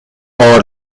loop